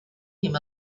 him